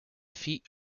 feet